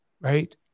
right